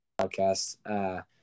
podcast